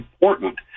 important